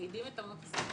מרעידים את אמות הסיפים.